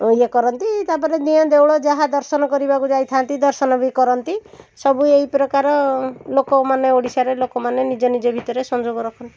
ଇଏ କରନ୍ତି ତା'ପରେ ଦିଅଁ ଦେଉଳ ଯାହା ଦର୍ଶନ କରିବାକୁ ଯାଇଥାନ୍ତି ଦର୍ଶନ ବି କରନ୍ତି ସବୁ ଏଇ ପ୍ରକାର ଲୋକମାନେ ଓଡ଼ିଶାରେ ଲୋକମାନେ ନିଜ ନିଜ ଭିତରେ ସଂଯୋଗ ରଖନ୍ତି